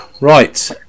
Right